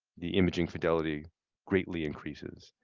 the imaging fidelity greatly increases,